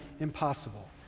impossible